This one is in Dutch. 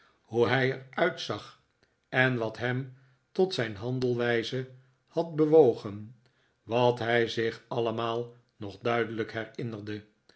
hoe hij er uitzag en wat hem tot zijn haridelwijze had bewogen wat hij zich allemaal nog duidelijk